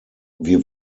wir